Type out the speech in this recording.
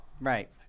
Right